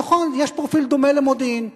נכון, פרופיל דומה למודיעין.